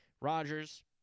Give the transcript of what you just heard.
Rodgers